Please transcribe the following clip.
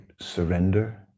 surrender